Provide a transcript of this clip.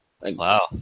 wow